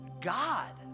God